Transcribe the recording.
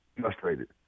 frustrated